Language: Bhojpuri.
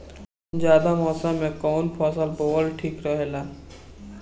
जायद मौसम में कउन फसल बोअल ठीक रहेला?